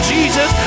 Jesus